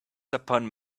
upon